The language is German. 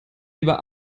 lieber